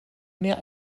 mehr